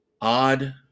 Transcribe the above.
odd